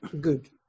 good